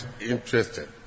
interested